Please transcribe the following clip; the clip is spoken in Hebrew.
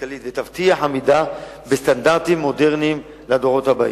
והכלכלית ותבטיח עמידה בסטנדרטים מודרניים לדורות הבאים.